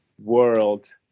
world